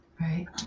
Right